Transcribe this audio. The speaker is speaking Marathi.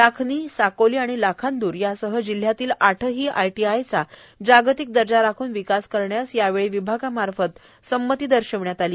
लाखणीए साकोलीए लाखांदूर यांसह जिल्ह्यातील आठही आयटीआयचा जागतिक दर्जा राख्न विकास करण्यास यावेळी विभागामार्फत संमती दर्शविण्यात आली